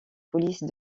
police